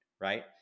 right